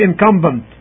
incumbent